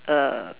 err